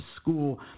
school